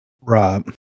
right